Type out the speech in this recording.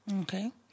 Okay